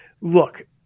look